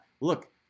look